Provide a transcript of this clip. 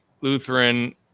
Lutheran